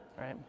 right